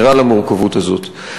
ערות למורכבות הזאת.